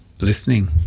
listening